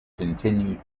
continued